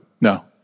No